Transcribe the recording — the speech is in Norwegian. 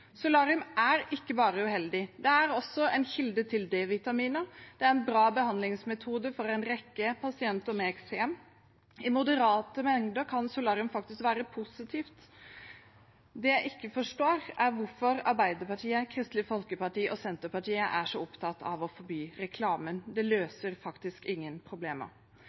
er ikke bare uheldig. Det er også en kilde til D-vitaminer, og det er en bra behandlingsmetode for en rekke pasienter med eksem. I moderate mengder kan solarium faktisk være positivt. Det jeg ikke forstår, er hvorfor Arbeiderpartiet, Kristelig Folkeparti og Senterpartiet er så opptatt av å forby reklamen. Det løser faktisk ingen problemer.